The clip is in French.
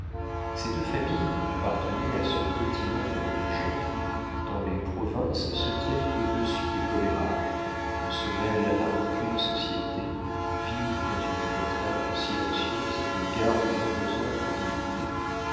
ces deux familles appartenaient à ce petit nombre de gens qui dans les provinces se tiennent au-dessus des commérages ne se mêlent à aucune société vivent dans une retraite silencieuse et gardent une imposante dignité